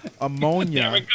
ammonia